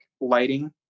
lighting